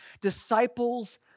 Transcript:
Disciples